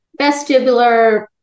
vestibular